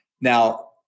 Now